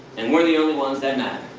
and we're the only ones that